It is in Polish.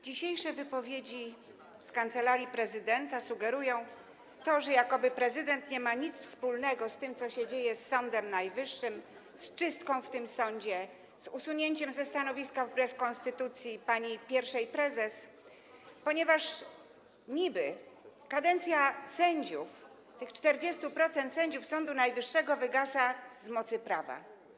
Dzisiejsze wypowiedzi z Kancelarii Prezydenta sugerują, jakoby prezydent nie miał nic wspólnego z tym, co się dzieje z Sądem Najwyższym, z czystką w tym sądzie, z usunięciem ze stanowiska wbrew konstytucji pani pierwszej prezes, ponieważ kadencja tych 40% sędziów Sądu Najwyższego niby wygasa z mocy prawa.